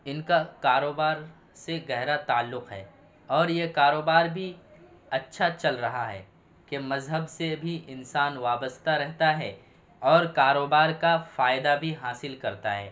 ان کا کاروبار سے گہرا تعلق ہے اور یہ کاروبار بھی اچھا چل رہا ہے کہ مذہب سے بھی انسان وابستہ رہتا ہے اور کاروبار کا فائدہ بھی حاصل کرتا ہے